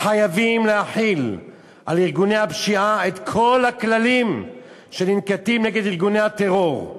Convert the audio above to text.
חייבים להחיל על ארגוני הפשיעה את כל הכללים שננקטים נגד ארגוני הטרור.